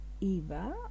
Eva